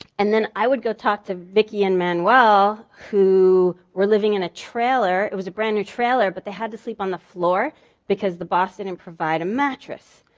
and then i would go talk to vicki and manuel who were living in a trailer, it was a brand new trailer, but they had to sleep on the floor because the boss didn't and provide a mattress.